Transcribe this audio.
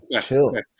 Chill